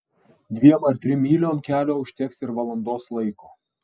dviem ar trim myliom kelio užteks ir valandos laiko